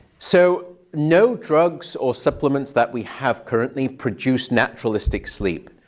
so no drugs or supplements that we have currently produce naturalistic sleep.